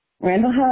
Randall